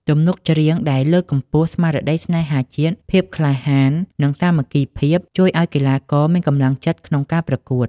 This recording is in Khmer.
ទំនុកច្រៀងដែលលើកកម្ពស់ស្មារតីស្នេហាជាតិ ភាពក្លាហាន និងសាមគ្គីភាព ជួយឲ្យកីឡាករមានកម្លាំងចិត្តក្នុងការប្រកួត។